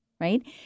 right